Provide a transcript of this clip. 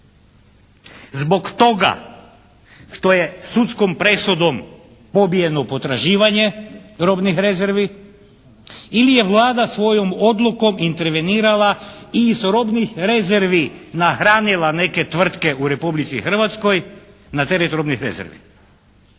zbog toga što je sudskom presudom pobijeno potraživanje robnih rezervi ili je Vlada svojom odlukom intervenirala i iz robnih rezervi nahranila neke tvrtke u Republici Hrvatskoj na teret robnih rezervi.